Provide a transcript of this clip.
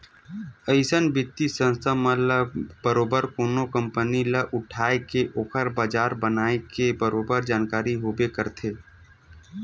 अइसन बित्तीय संस्था मन ल बरोबर कोनो कंपनी ल उठाय के ओखर बजार बनाए के बरोबर जानकारी होबे करथे